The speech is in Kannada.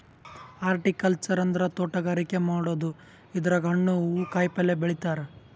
ಹಾರ್ಟಿಕಲ್ಚರ್ ಅಂದ್ರ ತೋಟಗಾರಿಕೆ ಮಾಡದು ಇದ್ರಾಗ್ ಹಣ್ಣ್ ಹೂವಾ ಕಾಯಿಪಲ್ಯ ಬೆಳಿತಾರ್